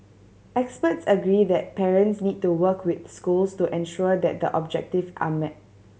experts agree that parents need to work with schools to ensure that the objective are met